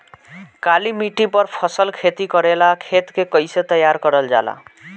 काली मिट्टी पर फसल खेती करेला खेत के कइसे तैयार करल जाला?